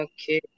Okay